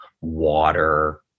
water